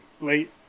late